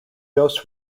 dose